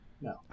no